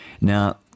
Now